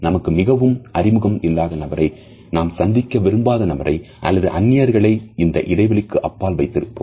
நமக்கு மிகவும் அறிமுகம் இல்லாத நபரைநாம் சந்திக்க விரும்பாத நபரை அல்லது அன்னியர்களை இந்த இடைவெளிக்கு அப்பால் வைத்திருப்போம்